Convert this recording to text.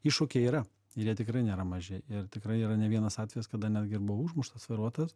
iššūkiai yra ir jie tikrai nėra maži ir tikrai yra ne vienas atvejis kada netgi buvo užmuštas vairuotojas